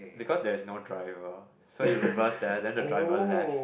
because there is no driver so it reversed there then the driver left